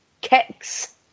kicks